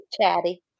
chatty